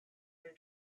did